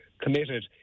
committed